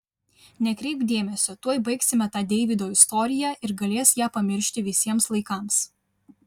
nekreipk dėmesio tuoj baigsime tą deivydo istoriją ir galės ją pamiršti visiems laikams